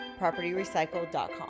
PropertyRecycle.com